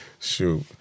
Shoot